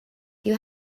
you